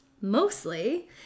mostly